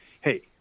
hey